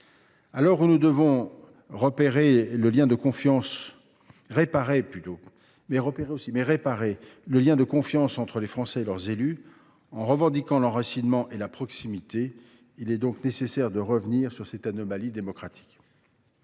où nous devons réparer le lien de confiance entre les Français et leurs élus, en revendiquant l’enracinement et la proximité, il est nécessaire de revenir sur cette anomalie démocratique.